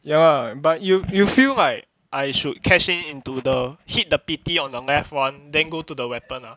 ya lah but you you feel like I should cash in into the hit the pity on the math one then go to the weapon lah